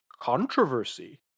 controversy